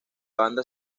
banda